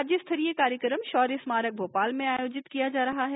राज्य स्तरीय कार्यक्रम शौर्य स्मारक भोपाल में आयोजित किया जा रहा है